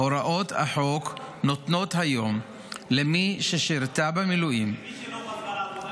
הוראות החוק נותנות היום למי ששירתה במילואים -- ומי שלא חזרה לעבודה?